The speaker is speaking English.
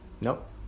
Nope